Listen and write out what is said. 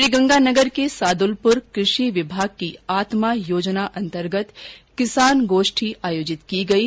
श्रीगंगानगर के सादुलशहर में कृषि विभाग की आत्मा योजनान्तर्गत किसान गोष्ठी आयोजित की गयी